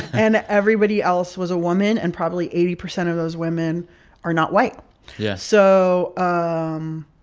and everybody else was a woman. and probably eighty percent of those women are not white yeah so. um